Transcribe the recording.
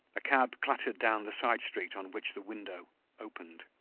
a cab clattered down the side street on which the window opened.